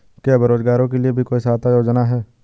क्या बेरोजगारों के लिए भी कोई सहायता योजना है?